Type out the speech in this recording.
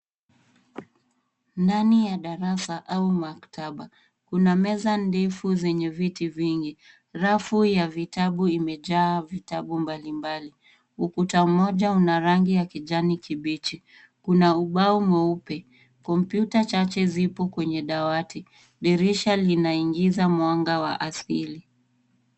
Ndani ya darasa au maktaba, kuna meza ndefu zenye viti vingi. Rafu ya vitabu imejaa vitabu mbalimbali. Ukuta mmoja una rangi ya kijani kibichi. Kuna ubao mweupe, Kompyuta chache zipo kwenye dawati. Dirisha linaingiza mwanga wa asili.